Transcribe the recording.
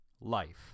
life